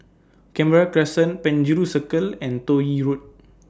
Canberra Crescent Penjuru Circle and Toh Yi Road